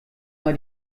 mal